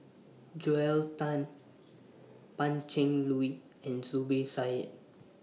Joel Tan Pan Cheng Lui and Zubir Said